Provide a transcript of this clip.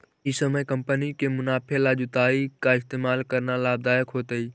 ई समय कंपनी के लिए मुनाफे ला जुताई का इस्तेमाल करना लाभ दायक होतई